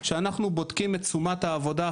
שאנחנו בודקים את תשומת העבודה,